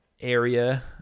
area